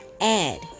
add